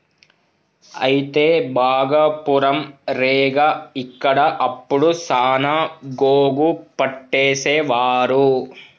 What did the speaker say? అయితే భాగపురం రేగ ఇక్కడ అప్పుడు సాన గోగు పట్టేసేవారు